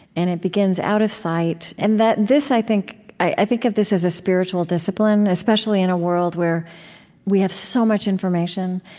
and it begins out of sight, and that this, i think i think of this as a spiritual discipline, especially in a world where we have so much information.